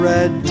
Red